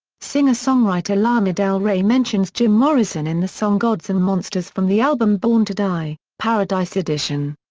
singer-songwriter lana del rey mentions jim morrison in the song gods and monsters from the album born to die paradise edition.